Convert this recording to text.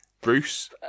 Bruce